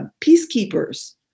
peacekeepers